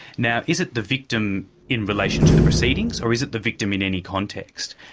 now, is it the victim in relation to the proceedings or is it the victim in any context?